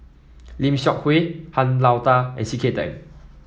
Lim Seok Hui Han Lao Da and C K Tang